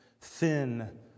thin